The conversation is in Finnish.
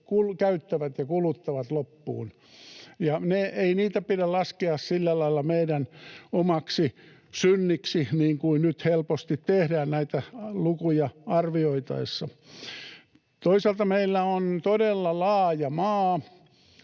käyttävät ja kuluttavat loppuun. Ei niitä pidä laskea sillä lailla meidän omaksi synniksi, niin kuin nyt helposti tehdään näitä lukuja arvioitaessa. Toisaalta meillä on todella laaja maa,